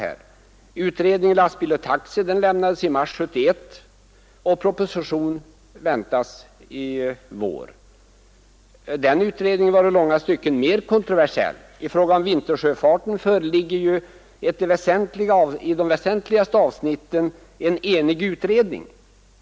Utredningen Lastbil och taxi lämnades i mars 1971, och proposition väntas i vår. Den utredningen var i långa stycken mer kontroversiell. I fråga om vintersjöfarten föreligger ju en i de väsentligaste avsnitten enig utredning.